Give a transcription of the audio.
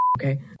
Okay